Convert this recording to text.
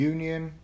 Union